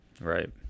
Right